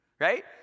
Right